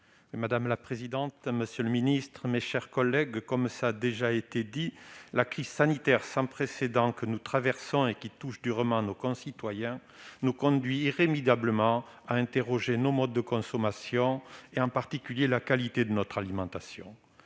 Madame la présidente, monsieur le ministre, mes chers collègues, la crise sanitaire sans précédent que nous traversons, et qui touche durement nos concitoyens, nous conduit irrémédiablement à interroger nos modes de consommation, en particulier la qualité de notre alimentation.